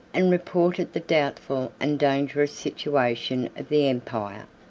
and reported the doubtful and dangerous situation of the empire.